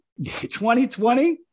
2020